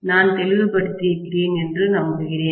நான் தெளிவுபடுத்தியிருக்கிறேன் என்று நம்புகிறேன்